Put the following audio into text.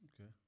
Okay